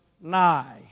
Nigh